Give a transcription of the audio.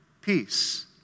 Peace